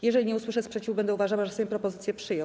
Jeżeli nie usłyszę sprzeciwu, będę uważała, że Sejm propozycję przyjął.